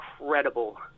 incredible